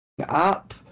Up